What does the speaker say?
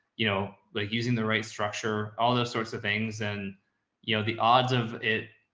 you know, like using the right structure, all those sorts of things and you know, the odds of it.